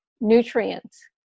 nutrients